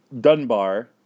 Dunbar